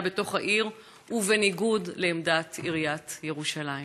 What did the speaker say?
בתוך העיר ובניגוד לעמדת עיריית ירושלים?